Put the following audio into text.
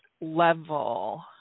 level